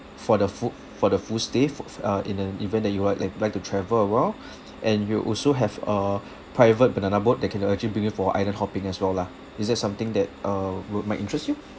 for the full for the full stay f~ f~ uh in the event that you are like like to travel around and you'll also have a private banana boat that can actually bring you for island hopping as well lah is that something that uh would might interest you